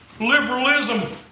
liberalism